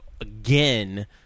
again